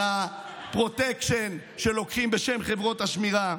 על הפרוטקשן שלוקחים בשם חברות השמירה.